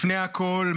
לפני הכול,